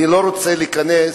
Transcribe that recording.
אני לא רוצה להיכנס